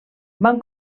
van